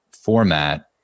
format